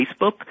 Facebook